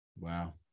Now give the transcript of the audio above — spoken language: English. Wow